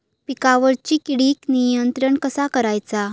पिकावरची किडीक नियंत्रण कसा करायचा?